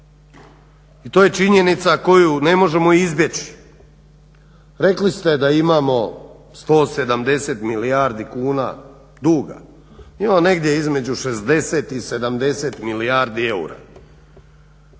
i to je činjenica koju ne možemo izbjeći, rekli ste da imamo 170 milijardi kuna duga. Imamo negdje između 60 i 70 milijardi eura.